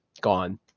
gone